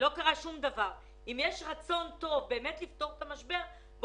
אם יש רצון טוב לפתור את המשבר,